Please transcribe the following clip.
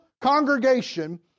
congregation